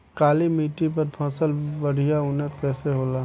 काली मिट्टी पर फसल बढ़िया उन्नत कैसे होला?